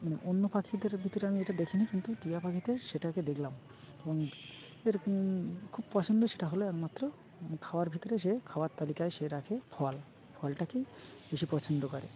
মানে অন্য পাখিদের ভিতরে আমি এটা দেখিনি কিন্তু টিয়া পাখিতে সেটাকে দেখলাম এবং এর খুব পছন্দ সেটা হলো একমাত্র খাওয়ার ভিতরে সে খাওয়ার তালিকায় সে রাখে ফল ফলটাকেই বেশি পছন্দ করে